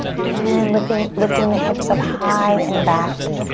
and then lifting lifting the hips up high and back.